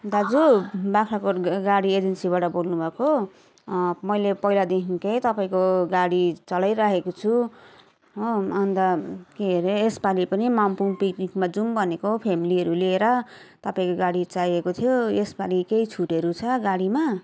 दाजु बाग्राकोट गा गाडी एजेन्सीबाट बोल्नुभएको मैले पहिलादेखिकै तपाईँको गाडी चलाइरहेको छु हो अन्त के अरे यसपालि पनि मङ्पङ् पिक्निकमा जाऊँ भनेको फ्यामिलीहरू लिएर तपाईँको गाडी चाहिएको थियो यसपालि केही छुटहरू छ गाडीमा